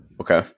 Okay